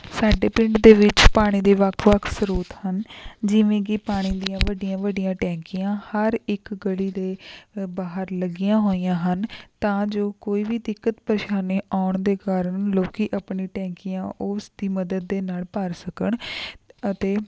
ਸਾਡੇ ਪਿੰਡ ਦੇ ਵਿੱਚ ਪਾਣੀ ਦੇ ਵੱਖ ਵੱਖ ਸਰੋਤ ਹਨ ਜਿਵੇਂ ਕਿ ਪਾਣੀ ਦੀਆਂ ਵੱਡੀਆਂ ਵੱਡੀਆਂ ਟੈਂਕੀਆਂ ਹਰ ਇੱਕ ਗਲੀ ਦੇ ਅ ਬਾਹਰ ਲੱਗੀਆਂ ਹੋਈਆਂ ਹਨ ਤਾਂ ਜੋ ਕੋਈ ਵੀ ਦਿੱਕਤ ਪ੍ਰੇਸ਼ਾਨੀ ਆਉਣ ਦੇ ਕਾਰਨ ਲੋਕ ਆਪਣੀ ਟੈਂਕੀਆਂ ਉਸ ਦੀ ਮਦਦ ਦੇ ਨਾਲ ਭਰ ਸਕਣ ਅਤੇ